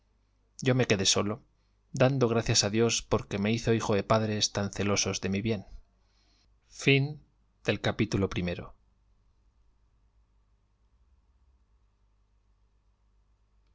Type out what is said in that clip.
yo me quedé solo dando gracias a dios porque me hizo hijo de padres tan celosos de mi bien